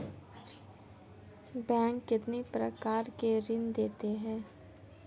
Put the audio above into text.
Bank कितने प्रकार के ऋण देता है?